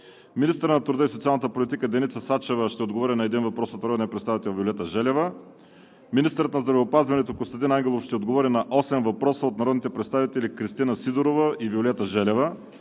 Министърът на труда и социалната политика Деница Сачева ще отговори на един въпрос от народния представител Виолета Желева. 4. Министърът на здравеопазването Костадин Ангелов ще отговори на осем въпроса от народните представители Кристина Сидорова и Виолета Желева;